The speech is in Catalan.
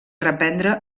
reprendre